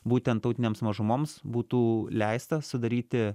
būtent tautinėms mažumoms būtų leista sudaryti